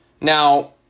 now